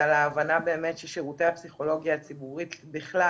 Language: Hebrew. ועל ההבנה ששירותי הפסיכולוגיה הציבורית בכלל